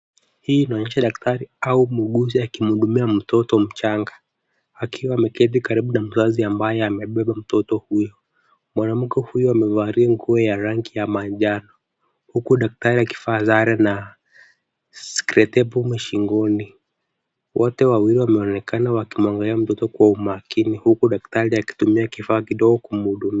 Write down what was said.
Hii inaonyesha daktari au muguuzi akimhudumia mtoto mchanga, akiwa ameketi karibu na mzazi ambaye amebeba mtoto huyo. Mwanamke huyo amevalia nguo ya rangi ya manjano huku daktari akivaa sare na skretepu shingoni. Wote wawili wameonekana wakiangalia mtoto kwa umakini huku daktari akitumia kifaa kidogo kumhudumia.